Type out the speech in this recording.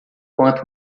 quanto